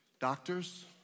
Doctors